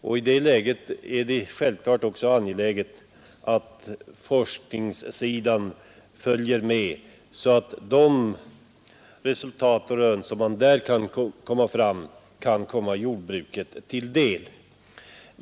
I det läget är det självfallet också angeläget att forskningssidan följer med, så att de resultat och rön som där kommer fram kan komma jordbruket till del.